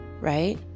right